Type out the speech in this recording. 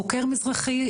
חוקר מזרחי,